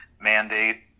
mandate